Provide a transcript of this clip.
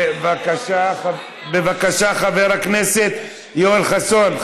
בבקשה, חבר הכנסת יואל חסון.